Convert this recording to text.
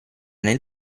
nel